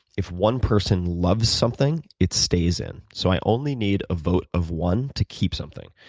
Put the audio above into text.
if one person loves something it stays in. so i only need a vote of one to keep something.